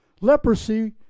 Leprosy